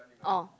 orh